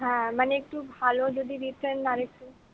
হ্যাঁ মানে একটু ভালো যদি দিতেন আরেকটু